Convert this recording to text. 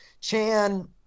Chan